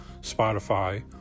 Spotify